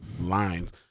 lines